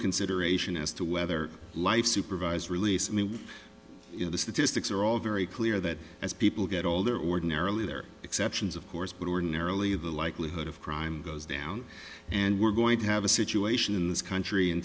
consideration as to whether life supervised release i mean you know the statistics are all very clear that as people get older ordinarily they're exceptions of course but ordinarily the likelihood of crime goes down and we're going to have a situation in this country in